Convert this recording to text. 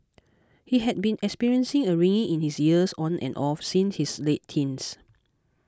he had been experiencing a ringing in his ears on and off since his late teens